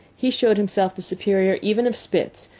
he showed himself the superior even of spitz,